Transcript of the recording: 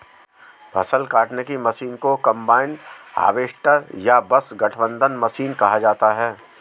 फ़सल काटने की मशीन को कंबाइन हार्वेस्टर या बस गठबंधन मशीन कहा जाता है